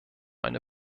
eine